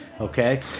okay